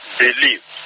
believe